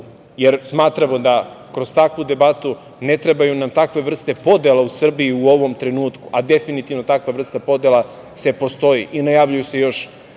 jer smatramo da kroz takvu debatu ne trebaju nam takve vrste podela u Srbiji u ovom trenutku, a definitivno takva vrsta podela postoji i najavljuju se još